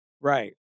Right